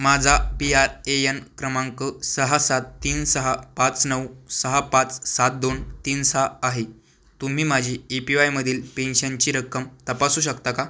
माझा P R A N क्रमांक सहा सात तीन सहा पाच नऊ सहा पाच सात दोन तीन सहा आहे तुम्ही माझी ए पी वायमधील पेन्शनची रक्कम तपासू शकता का